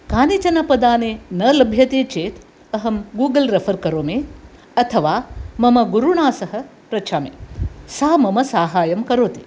कानिचन पदानि न लभ्यते चेत् अहं गूगल् रेफर् करोमि अथवा मम गुरुणा सह पृच्छामि सा मम साहायं करोति